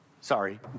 Sorry